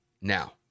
now